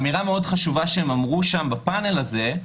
אמירה חשובה מאוד שהם אמרו שם בפאנל הזה,